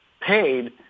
paid